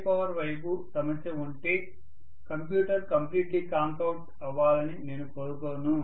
high power వైపు సమస్య ఉంటే కంప్యూటర్ కంప్లీట్లీ కాంక్ అవుట్ అవ్వాలని నేను కోరుకోను